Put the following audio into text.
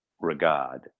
regard